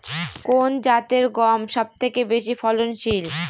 কোন জাতের গম সবথেকে বেশি ফলনশীল?